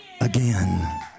again